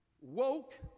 woke